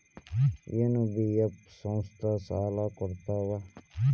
NBF ಸಂಸ್ಥಾ ಸಾಲಾ ಕೊಡ್ತಾವಾ?